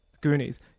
Goonies